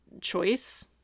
choice